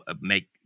make